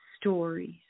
stories